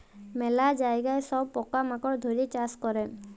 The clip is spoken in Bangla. ম্যালা জায়গায় সব পকা মাকড় ধ্যরে চাষ ক্যরে